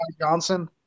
Johnson